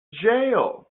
jail